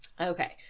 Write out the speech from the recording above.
Okay